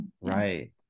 Right